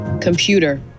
Computer